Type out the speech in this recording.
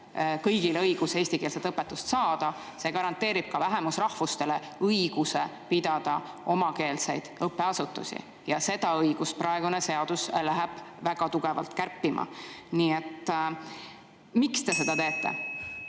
kõigile õiguse eestikeelset õpetust saada, garanteerib ka vähemusrahvuste õiguse pidada omakeelseid õppeasutusi. Ja seda õigust praegune seaduseelnõu läheb väga tugevalt kärpima. Miks te seda teete?